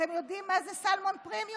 אתם יודעים מה זה סלמון פרימיום?